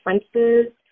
differences